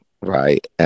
right